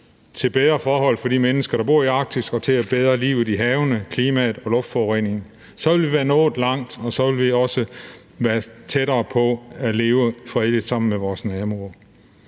til bedre forhold for de mennesker, der bor i Arktis, og til at forbedre livet i havene, klimaet og mod luftforurening. Så ville vi være nået langt, og så ville vi også være tættere på at leve fredeligt sammen med vores nærområde.